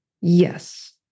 Yes